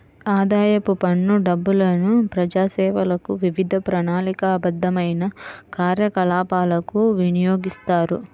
ఆదాయపు పన్ను డబ్బులను ప్రజాసేవలకు, వివిధ ప్రణాళికాబద్ధమైన కార్యకలాపాలకు వినియోగిస్తారు